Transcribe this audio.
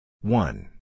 One